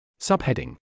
Subheading